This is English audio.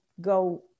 go